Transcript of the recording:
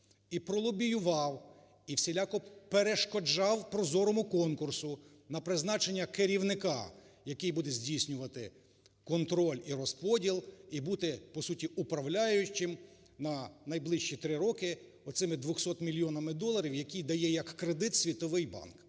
і пролобіював, і всіляко перешкоджав прозорому конкурсу на призначення керівника, який буде здійснювати контроль і розподіл, і бути, по суті, управляючим на найближчі три роки цими 200 мільйонами доларів, який дає, як кредит, Світовий банк